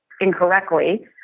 incorrectly